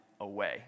away